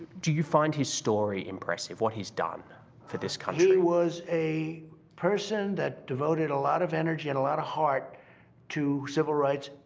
do you find his story impressive, what he's done for this country? he was a person that devoted a lot of energy and a lot of heart to civil rights,